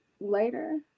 later